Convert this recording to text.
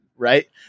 right